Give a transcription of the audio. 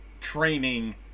training